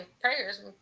prayers